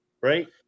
right